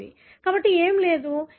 వచ్చింది కాబట్టి ఏమి లేదు